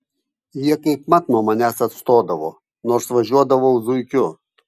jie kaip mat nuo manęs atstodavo nors važiuodavau zuikiu